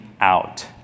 out